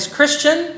Christian